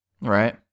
Right